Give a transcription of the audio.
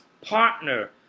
partner